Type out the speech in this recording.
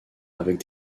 avec